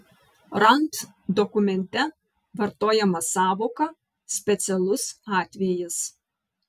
rand dokumente vartojama sąvoka specialus atvejis